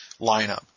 lineup